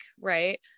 right